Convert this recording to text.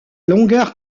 longueur